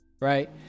right